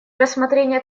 рассмотрение